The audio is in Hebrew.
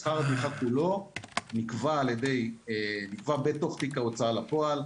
שכר הטרחה כולו נקבע בתוך תיק ההוצאה לפועל.